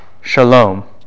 Shalom